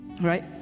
Right